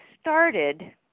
started